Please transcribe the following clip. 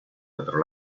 otro